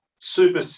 super